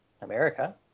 America